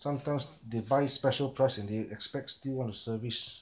sometimes they buy special price and they expects still want to service